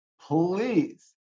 Please